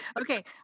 Okay